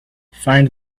find